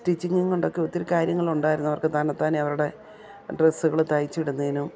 സ്റ്റിച്ചിങ്ങും കൊണ്ടൊക്കെ ഒത്തിരി കാര്യങ്ങളുണ്ടായിരുന്നു അവർക്ക് തന്ന താനെ അവരുടെ ഡ്രസ്സുകൾ തയ്ച്ചിടുന്നതിനും